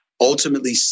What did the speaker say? ultimately